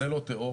זה לא תיאוריה,